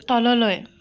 তললৈ